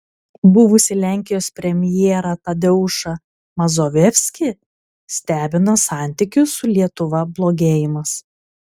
buvusį lenkijos premjerą tadeušą mazoveckį stebina santykių su lietuva blogėjimas